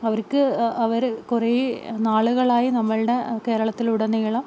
അവർക്ക് അവര് കുറേ നാളുകളായി നമ്മുടെ കേരളത്തിലുടനീളം